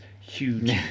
huge